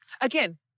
Again